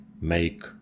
make